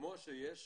כמו שיש